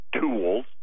tools